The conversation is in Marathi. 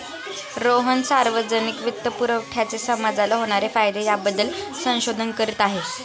रोहन सार्वजनिक वित्तपुरवठ्याचे समाजाला होणारे फायदे याबद्दल संशोधन करीत आहे